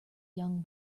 young